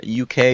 UK